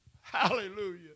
Hallelujah